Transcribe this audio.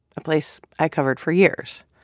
a place i covered for years,